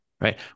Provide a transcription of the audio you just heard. right